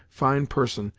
fine person,